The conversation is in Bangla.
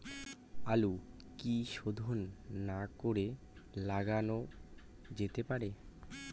আলু কি শোধন না করে লাগানো যেতে পারে?